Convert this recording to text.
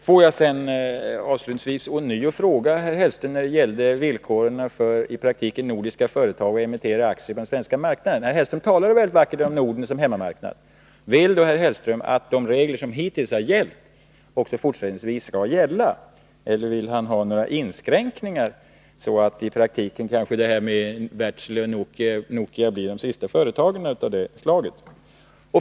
Får jag sedan avslutningsvis ånyo fråga herr Hellström om villkoren för nordiska företags möjligheter att emittera aktier på den svenska marknaden. Herr Hellström talade mycket vackert om Norden som hemmamarknad. Vill då herr Hellström att de regler som hittills har gällt också fortsättningsvis skall gälla, eller vill han ha några inskränkningar, så att i praktiken Wärtsilä och Nokia blir de sista företagen av det slaget?